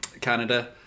Canada